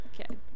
Okay